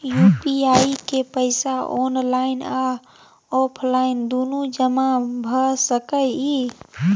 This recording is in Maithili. यु.पी.आई के पैसा ऑनलाइन आ ऑफलाइन दुनू जमा भ सकै इ?